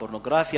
הפורנוגרפיה,